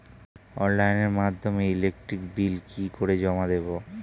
অনলাইনের মাধ্যমে electric bill কি করে জমা দেবো?